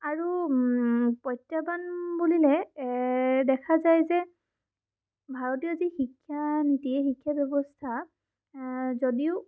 আৰু প্ৰত্যাহ্বান বুলিলে দেখা যায় যে ভাৰতীয় যি শিক্ষািনীতি শিক্ষা এই ব্যৱস্থা যদিও